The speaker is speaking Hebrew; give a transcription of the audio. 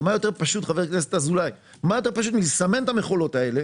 מה יותר פשוט מלסמן את המכולות האלה